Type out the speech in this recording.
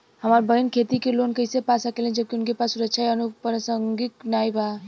हमार बहिन खेती के लोन कईसे पा सकेली जबकि उनके पास सुरक्षा या अनुपरसांगिक नाई बा?